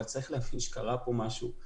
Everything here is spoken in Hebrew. אבל צריך להבין שקרה פה משהו,